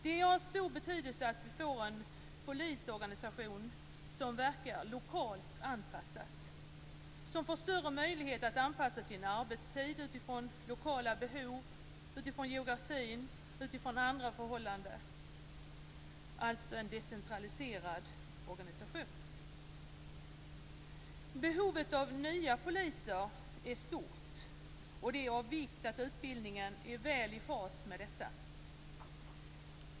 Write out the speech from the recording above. Det är av stor betydelse att vi får en polisorganisation som verkar lokalt anpassat och som får större möjlighet att anpassa sin arbetstid utifrån lokala behov, geografi och andra förhållanden. Alltså en decentraliserad organisation. Behovet av nya poliser är stort, och det är av vikt att utbildningen är väl i fas med detta.